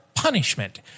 Punishment